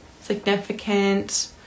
significant